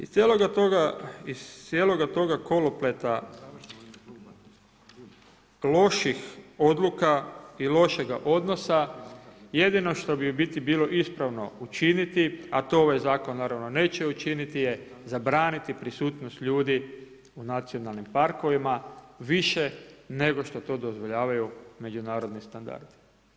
Iz cijeloga toga kolopleta loših odluka i lošega odnosa jedino što bi u biti bilo ispravno učiniti, a to ovaj zakon naravno učiniti je zabraniti prisutnost ljudi u nacionalnim parkovima više nego što to dozvoljavaju međunarodni standardi.